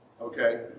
Okay